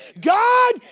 God